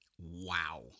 wow